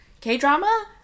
K-drama